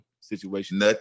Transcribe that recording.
situation